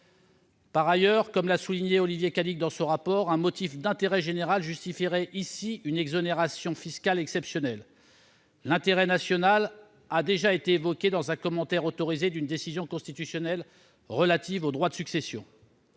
En outre, comme l'a souligné Olivier Cadic dans son rapport, un motif d'intérêt général justifie ici une exonération fiscale exceptionnelle : l'intérêt national est mentionné dans un commentaire autorisé d'une décision constitutionnelle relative aux droits de succession.